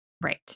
Right